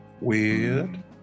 Weird